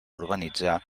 urbanitzar